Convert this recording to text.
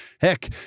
Heck